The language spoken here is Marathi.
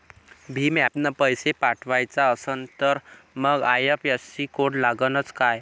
भीम ॲपनं पैसे पाठवायचा असन तर मंग आय.एफ.एस.सी कोड लागनच काय?